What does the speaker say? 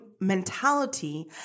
mentality